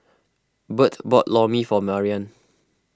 Bert bought Lor Mee for Marian